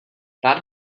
rád